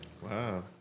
Wow